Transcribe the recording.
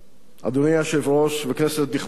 אדוני היושב-ראש וכנסת נכבדה,